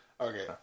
Okay